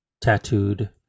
tattooed